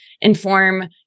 inform